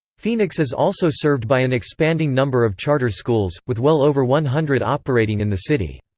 phoenix is also served by an expanding number of charter schools, with well over one hundred operating in the city.